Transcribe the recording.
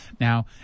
Now